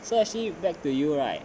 so actually back to you right